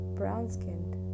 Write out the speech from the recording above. brown-skinned